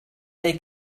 their